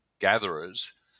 gatherers